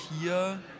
hier